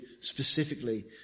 specifically